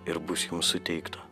ir bus jums suteikta